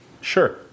Sure